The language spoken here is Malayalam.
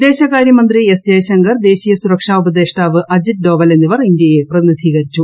വിദേശകാര്യമന്ത്രി എസ് ജ്യയശങ്കർ ദേശീയസുരക്ഷാ ഉപദേഷ്ടാവ് അജിത് ഡോവൽ എന്നിവർ ഇൻട്ട്ട്യെ പ്രതിനിധീകരിച്ചു